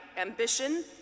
ambition